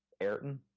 Ayrton